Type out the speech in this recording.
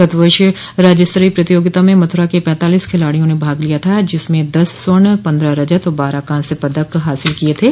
गत वर्ष राज्य स्तरीय प्रतियोगिता में मथुरा के पैंतालीस खिलाड़ियों ने भाग लिया था जिसमें दस स्वर्ण पन्द्रह रजत और बारह कांस्य पदक हासिल किये थे